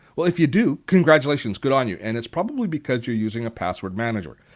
well, if you do, congratulations. good on you and it's probably because you're using a password manager.